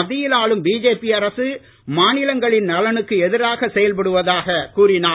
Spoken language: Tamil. மத்தியில் ஆளும் பிஜேபி அரசு மாநிலங்களின் நலனுக்கு எதிராக செயல்படுவதாக கூறினார்